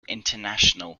international